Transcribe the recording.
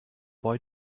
boy